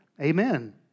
Amen